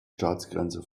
staatsgrenze